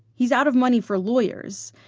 he's out of money for lawyers,